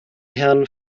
herrn